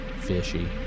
Fishy